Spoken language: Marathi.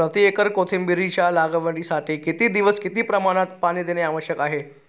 प्रति एकर कोथिंबिरीच्या लागवडीसाठी किती दिवस किती प्रमाणात पाणी देणे आवश्यक आहे?